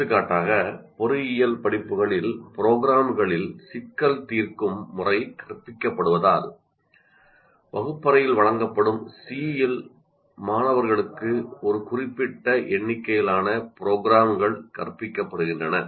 எடுத்துக்காட்டாக பொறியியல் படிப்புகளில் ப்ரொக்ராம்களில் சிக்கல் தீர்க்கும் முறை கற்பிக்கப்படுவதால் வகுப்பறையில் வழங்கப்படும் 'சி' இல் மாணவர்களுக்கு ஒரு குறிப்பிட்ட எண்ணிக்கையிலான திட்டங்கள் கற்பிக்கப்படுகின்றன